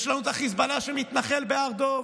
יש לנו את החיזבאללה שמתנחל בהר דב.